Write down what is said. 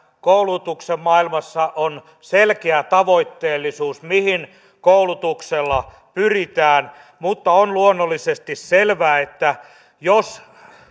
koulutuksen maailmassa on selkeä tavoitteellisuus mihin koulutuksella pyritään mutta on luonnollisesti selvää että jos